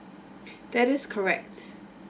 that is correct